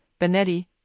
Benetti